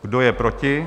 Kdo je proti?